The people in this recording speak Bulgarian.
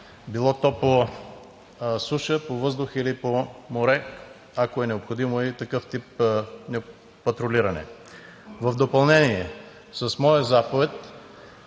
било то по суша, по въздух или по море, ако е необходимо и такъв тип патрулиране. В допълнение, с моя заповед